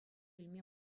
илме